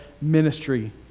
ministry